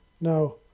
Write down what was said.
No